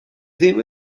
ddim